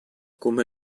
come